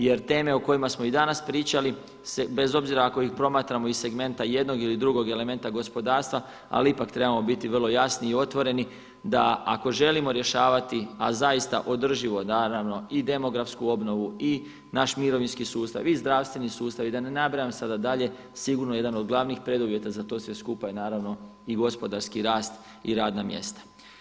Jer teme o kojima smo i danas pričali smo, bez obzira ako ih promatramo iz segmenta jednog ili drugog elementa gospodarstva, ali ipak trebamo biti vrlo jasni i otvoreni da ako želimo rješavati, a zaista održivo naravno i demografsku obnovu i naš mirovinski sustav, i zdravstveni sustav, i da ne nabrajam sada dalje, sigurno je jedan od glavnih preduvjeta za to sve skupa i naravno i gospodarski rast i radna mjesta.